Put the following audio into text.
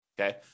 Okay